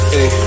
Hey